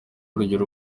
rugero